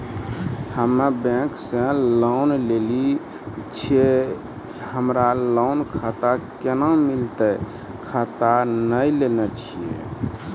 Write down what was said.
हम्मे बैंक से लोन लेली छियै हमरा लोन खाता कैना मिलतै खाता नैय लैलै छियै?